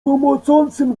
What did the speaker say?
łomocącym